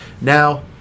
now